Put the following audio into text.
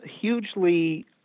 hugely